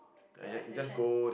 your acceleration is